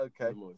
Okay